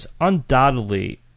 undoubtedly